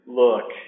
look